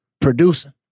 Producing